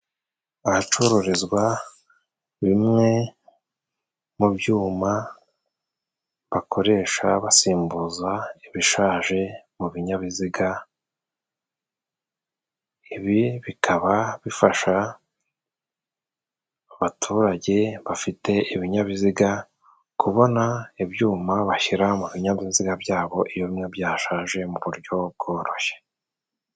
Ahacururizwa bimwe mu byuma bakoresha basimbuza ibishaje mu binyabiziga, ibi bikaba bifasha abaturage bafite ibinyabiziga kubona ibyuma bashyira mu binyabiziga byabo iyo bimwe byashaje mu buryo bworoshye.